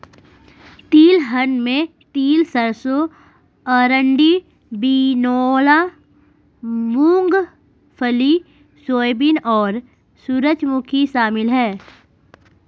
तिलहन में तिल सरसों अरंडी बिनौला मूँगफली सोयाबीन और सूरजमुखी शामिल है